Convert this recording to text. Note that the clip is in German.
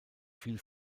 viel